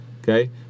okay